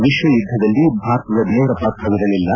ವಿಶ್ವ ಯುದ್ಧದಲ್ಲಿ ಭಾರತದ ನೇರ ಪಾತ್ರವಿರಲಿಲ್ಲ